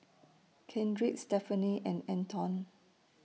Kendrick Stephanie and Anton